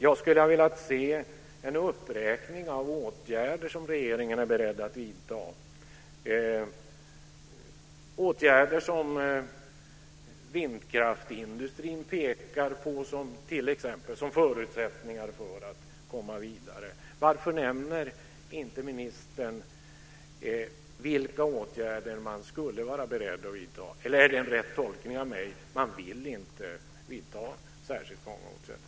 Jag skulle ha velat se en uppräkning av åtgärder som regeringen är beredd att vidta, åtgärder som t.ex. vindkraftsindustrin pekar på som förutsättningar för att komma vidare. Varför nämner inte ministern vilka åtgärder man skulle vara beredd att vidta? Är det en riktig tolkning av mig att man inte vill vidta särskilt många åtgärder?